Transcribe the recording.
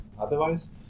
Otherwise